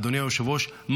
אדוני היושב-ראש,